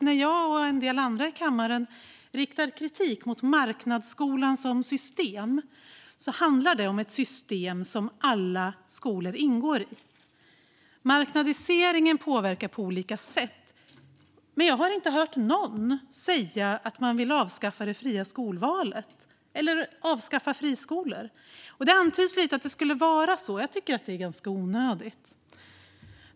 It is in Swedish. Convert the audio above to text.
När jag och en del andra i kammaren riktar kritik mot marknadsskolan som system handlar det om ett system som alla skolor ingår i. Marknadiseringen påverkar på olika sätt, men jag har inte hört någon säga att man vill avskaffa det fria skolvalet eller avskaffa friskolor. Det antyds lite att det skulle vara så. Det tycker jag är ganska onödigt.